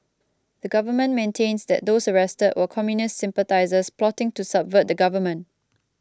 the government maintains that those arrested were communist sympathisers plotting to subvert the government